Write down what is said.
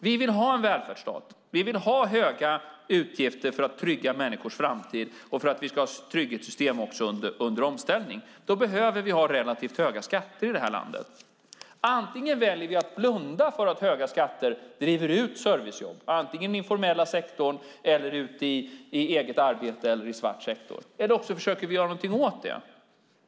Vi vill ha en välfärdsstat. Vi vill ha höga utgifter för att trygga människors framtid och för att vi också ska ha trygghetssystem under omställning. Då behöver vi ha relativt höga skatter i det här landet. Antingen väljer vi att blunda för att höga skatter driver ut servicejobb i antingen den formella sektorn, eget arbete eller svart sektor, eller också försöker vi göra någonting åt det.